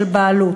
של בעלות.